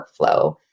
workflow